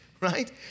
right